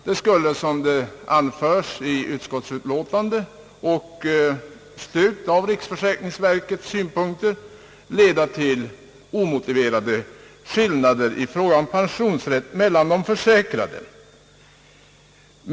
Det skulle — såsom anförts i utskottsutlåtandet och styrkts av riksförsäkringsverkets synpunkter — leda till omotiverade skillnader mellan de försäkrade i fråga om pensionsrätt.